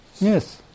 Yes